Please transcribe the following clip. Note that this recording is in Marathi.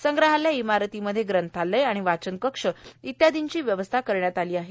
संग्रहालय इमारतीमध्ये ग्रंथालय व वाचन कक्ष इत्यादीची व्यवस्था करण्यात आली आहे